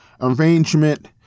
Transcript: arrangement